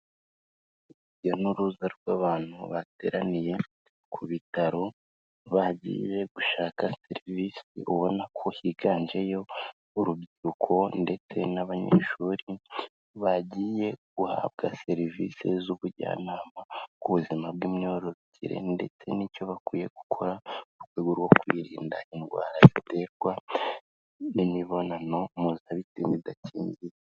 Urujya n'uruza rw'abantu bateraniye ku bitaro, bagiye gushaka serivisi, ubona ko higanjeyo urubyiruko ndetse n'abanyeshuri, bagiye guhabwa serivisi z'ubujyanama ku buzima bw'imyororokere, ndetse n'icyo bakwiye gukora mu rwego rwo kwirinda indwara ziterwa n'imibonano mpuzabitsina idakingiye.